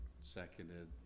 seconded